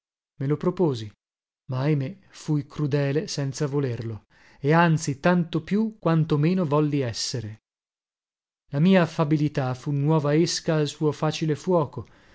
me lo proposi ma ahimè fui crudele senza volerlo e anzi tanto più quanto meno volli essere la mia affabilità fu nuova esca al suo facile fuoco